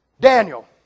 Daniel